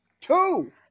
Two